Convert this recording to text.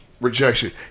Rejection